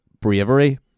bravery